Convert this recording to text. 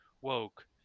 woke